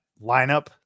lineup